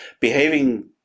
behaving